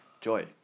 joy